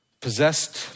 Possessed